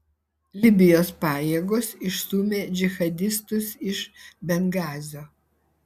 libijos pajėgos išstūmė džihadistus iš bengazio